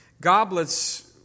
goblets